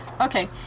okay